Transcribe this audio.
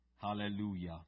Hallelujah